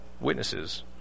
witnesses